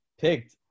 picked